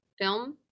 film